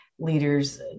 leaders